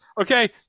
okay